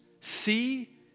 See